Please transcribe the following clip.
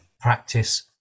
practice